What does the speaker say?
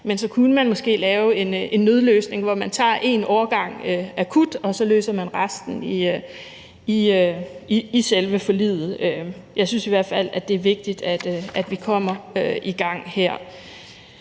Men så kunne man måske lave en nødløsning, hvor man tager én årgang akut, og så løser man resten i selve forliget. Jeg synes i hvert fald, at det er vigtigt, at vi kommer i gang her.